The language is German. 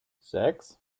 sechs